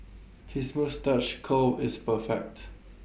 his moustache curl is perfect